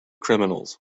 criminals